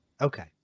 Okay